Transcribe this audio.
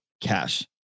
cash